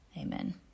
Amen